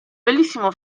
bellissimo